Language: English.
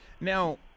Now